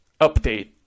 update